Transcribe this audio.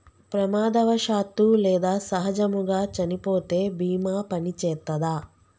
ప్రమాదవశాత్తు లేదా సహజముగా చనిపోతే బీమా పనిచేత్తదా?